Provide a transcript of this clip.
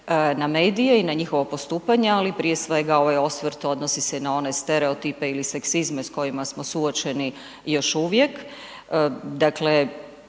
na medije i na njihovo postupanje ali prije svega ovaj osvrt odnosi se na one stereotipe ili seksizme s kojima smo suočeni još uvijek.